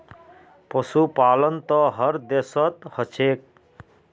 पशुपालन त हर देशत ह छेक